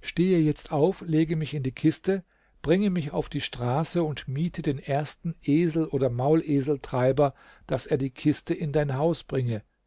stehe jetzt auf lege mich in die kiste bringe mich auf die straße und miete den ersten esel oder mauleseltreiber daß er die kiste in dein haus bringe